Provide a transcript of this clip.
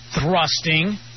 thrusting